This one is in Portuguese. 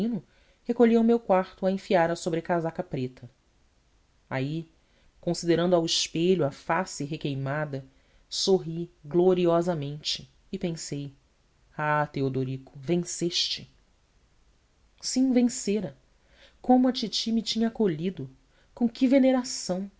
peregrino recolhi ao meu quarto a enfiar a sobrecasaca preta aí considerando ao espelho a face requeimada sorri gloriosamente e pensei ah teodorico venceste sim vencera como a titi me tinha acolhido com que veneração